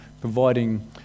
providing